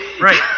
Right